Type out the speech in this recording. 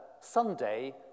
Sunday